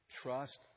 trust